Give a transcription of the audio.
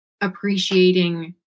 appreciating